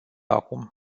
acum